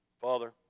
Father